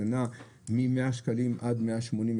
זה נע מ-100 שקלים עד 180,